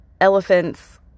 elephants